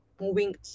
moving